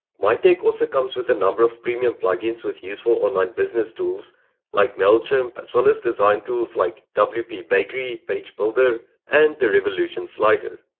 mitech also comes with a number of premium plugins with useful online business tools like mailchimp as well as design tools like wp bakery page builder and the revolution slider.